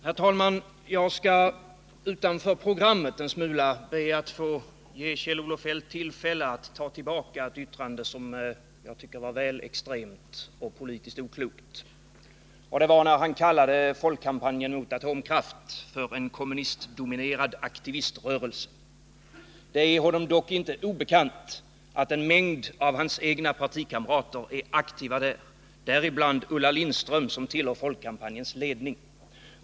Herr talman! Jag skall en smula utanför programmet be att få ge Kjell-Olof Feldt tillfälle att ta tillbaka ett yttrande som jag tycker är väl extremt och politiskt oklokt. Det var när han kallade folkkampanjen mot atomkraft för en kommunistdominerad aktiviströrelse. Det är honom dock inte obekant att en mängd av hans egna partikamrater är aktiva där, bl.a. Ulla Lindström som tillhör folkkampanjens ledning.